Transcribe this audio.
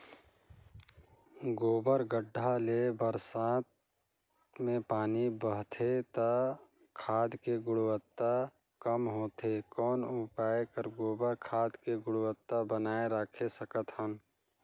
गोबर गढ्ढा ले बरसात मे पानी बहथे त खाद के गुणवत्ता कम होथे कौन उपाय कर गोबर खाद के गुणवत्ता बनाय राखे सकत हन?